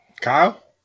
Kyle